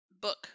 book